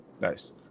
Nice